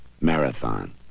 Marathon